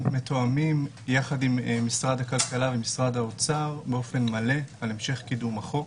מתואמים יחד עם משרד הכלכלה ומשרד האוצר באופן מלא על המשך קידום החוק,